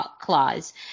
clause